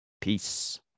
Peace